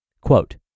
Quote